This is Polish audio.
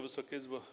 Wysoka Izbo!